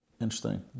Interesting